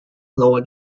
lower